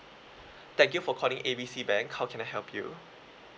thank you for calling A B C bank how can I help you